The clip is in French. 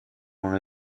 dans